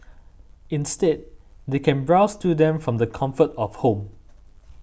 instead they can browse through them from the comfort of home